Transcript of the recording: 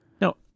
No